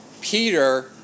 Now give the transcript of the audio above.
Peter